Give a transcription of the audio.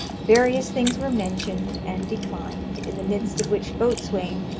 various things were mentioned and declined, in the midst of which boatswain,